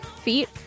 Feet